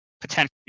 potentially